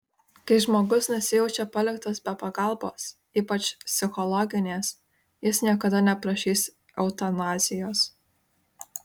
kai žmogus nesijaučia paliktas be pagalbos ypač psichologinės jis niekada neprašys eutanazijos